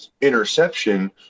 interception